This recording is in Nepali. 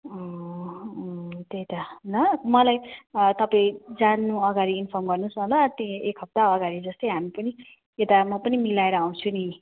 अँ अँ त्यही त ल मलाई तपाईँ जानु अगाडि इन्फर्म गर्नुहोस् न ल त्यही एक हप्ता अगाडि जस्तै हामी पनि यता म पनि मिलाएर आउँछु नि